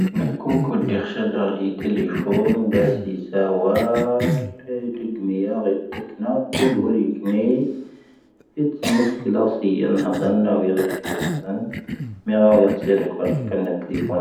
ⵏⴰⴽⵓ ⴽⵓⴷ ⴷⵉⴽⵀⵙⵀⴰⴷⴰⵔ ⵀⵉ ⵜⴻⵍⵉⴼoⵏ ⴱⴰⵙ ⵀⵉ ⵙⴰⵡⴰ ⵍⴻ ⵍⴳⵎⵉⵢⴰ ⴰⴳⵉⵜ ⵜⴰⴽⵏⴰ ⴽⵓⴷ ⵡⴰⵔⵉ ⴽⵏⴻⵢ ⵉⵜ'ⵙ ⵎⵉⵙⴽⵉⵍⴰⵙⵉⵢⴰⵏ ⵀⴰⴷⴰⵏ ⵏⴰⵡⵉⵢⴰⴷⴷⵉⵢⴰⵏ ⵀⴰⴷⴰⵏ. ⵎⴻⵔⴰ ⵡⵉⵢⴰⴽⵙⴻⵉⴷⴰⴽ ⵡⴰ ⴰⵜⵔⴻⴽⴰⵏ ⵏⴰ ⵜⴻⵍⵉⴼoⵏ.